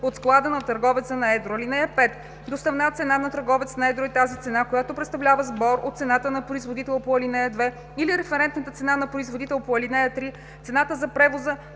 от склада на търговеца на едро. (5) Доставна цена на търговец на едро е тази цена, която представлява сбор от цената на производител по ал. 2 или референтната цена на производител по ал. 3, цената за превоза,